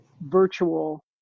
virtual